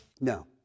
No